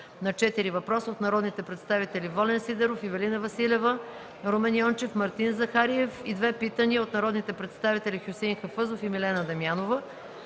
на четири въпроса от народните представители Волен Сидеров, Ивелина Василева, Румен Йончев и Мартин Захариев и на две питания от народните представители Хюсеин Хафъзов и Милена Дамянова.